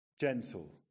gentle